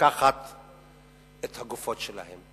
לקחת את הגופות שלהן.